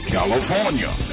California